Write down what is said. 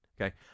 okay